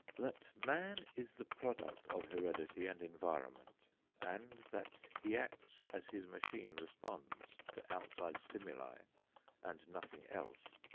that man is the product of heredity and environment and that he acts as his machine responds to outside stimuli and nothing else,